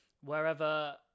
wherever